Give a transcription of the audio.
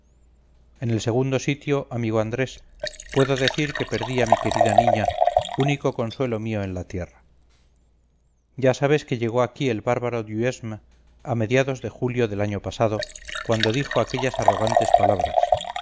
en el segundo sitio amigo andrés puedo decir que perdí a mi querida niña único consuelo mío en la tierra ya sabes que llego aquí el bárbaro duhesme a mediados de julio del año pasado cuando dijo aquellas arrogantes palabras